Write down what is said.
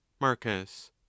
marcus